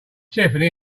tiffany